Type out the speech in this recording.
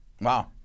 Wow